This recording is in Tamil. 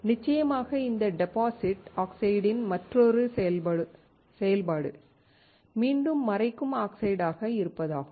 நிச்சயமாக இந்த டெபாசிட் ஆக்சைட்டின் மற்றொரு செயல்பாடு மீண்டும் மறைக்கும் ஆக்சைடாக இருப்பதாகும்